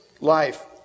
life